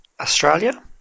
Australia